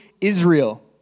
Israel